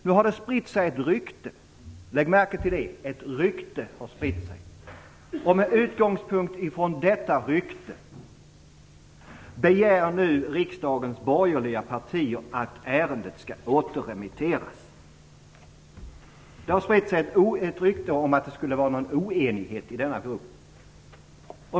Nu har ett rykte spritts; lägg märke till att det är ett rykte! Med utgångspunkt i detta rykte begär nu riksdagens borgerliga partier att ärendet skall återremitteras. Det har spritts ett rykte om att det skulle finnas en oenighet i denna grupp.